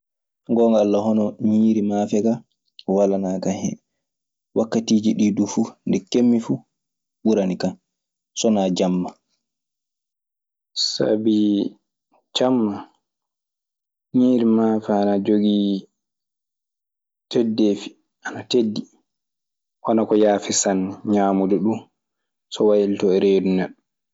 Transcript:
Ngoonga Alla hono ñiiri maafe ka walanaa kan. wakkaatiiji ɗii fu. Nde keɓmi, fu ɓuranikan so wanaa jamma. Sabi jamma ñiiri maafe ana jogii teddeefi, ana teddi. Wanaa ko yaafi sanne ñaamude ɗun so waylitoo e reedu neɗɗo.